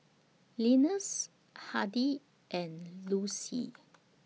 Linus Hardie and Lucy